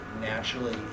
naturally